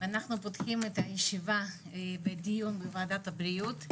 אנחנו פותחים את הישיבה בדיון בוועדת הבריאות,